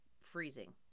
freezing